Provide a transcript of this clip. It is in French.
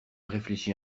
réfléchit